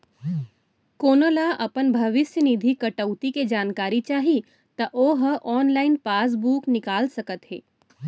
कोनो ल अपन भविस्य निधि कटउती के जानकारी चाही त ओ ह ऑनलाइन पासबूक निकाल सकत हे